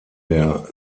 der